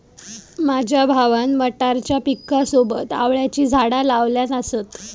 माझ्या भावान मटारच्या पिकासोबत आवळ्याची झाडा लावल्यान असत